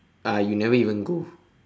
ah you never even go